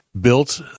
built